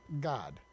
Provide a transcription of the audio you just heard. God